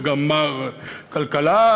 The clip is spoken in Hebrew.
וגם מר כלכלה,